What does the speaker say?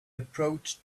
approached